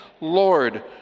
Lord